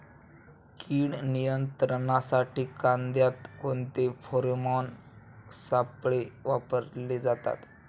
कीड नियंत्रणासाठी कांद्यात कोणते फेरोमोन सापळे वापरले जातात?